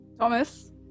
Thomas